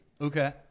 Okay